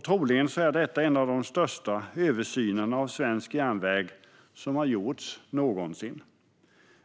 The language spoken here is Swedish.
Troligen är detta en av de största översynerna av svensk järnväg som någonsin har gjorts.